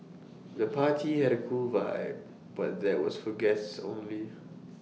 the party had A cool vibe but was for guests only